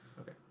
Okay